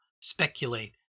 Speculate